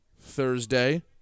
Thursday